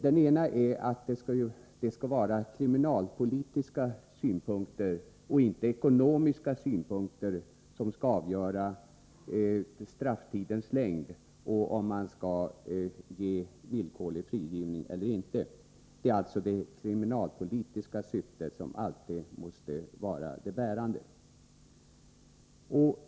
Det skall vara kriminalpolitiska och inte ekonomiska synpunkter som skall avgöra frågan om villkorlig frigivning. Det kriminalpolitiska syftet måste alltid vara det bärande.